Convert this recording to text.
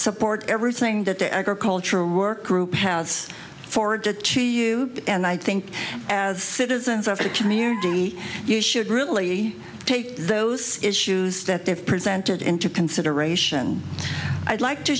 support everything that the agricultural work group has forward to to you and i think as citizens of a community you should really take those issues that they've presented into consideration i'd like to